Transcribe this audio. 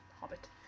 hobbit